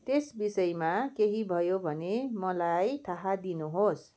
त्यस विषयमा केही भयो भने मलाई थाह दिनुहोस्